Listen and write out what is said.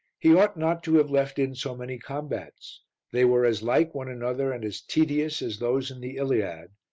he ought not to have left in so many combats they were as like one another and as tedious as those in the iliad,